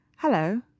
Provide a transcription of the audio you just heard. Hello